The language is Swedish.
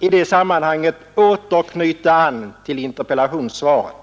i det sammanhanget åter knyta an till interpellationssvaret.